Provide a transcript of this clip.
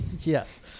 Yes